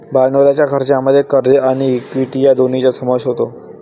भांडवलाच्या खर्चामध्ये कर्ज आणि इक्विटी या दोन्हींचा समावेश होतो